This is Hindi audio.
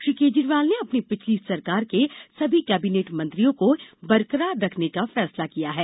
श्री केजरीवाल ने अपनी पिछली सरकार के सभी कैबिनेट मंत्रियों को बरकरार रखने का फैसला किया है